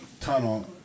tunnel